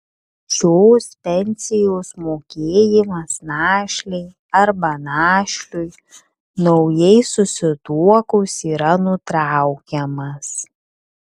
šios pensijos mokėjimas našlei arba našliui naujai susituokus yra nutraukiamas